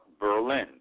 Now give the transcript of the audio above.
Berlin